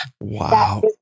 Wow